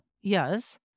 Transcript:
Yes